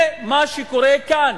זה מה שקורה כאן.